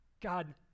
God